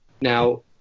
now